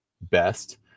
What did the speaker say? best